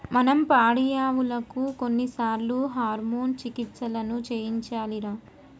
మనం పాడియావులకు కొన్నిసార్లు హార్మోన్ చికిత్సలను చేయించాలిరా